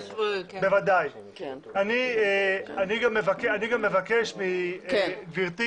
אני גם מבקש מגברתי